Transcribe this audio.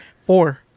four